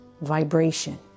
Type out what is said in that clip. vibration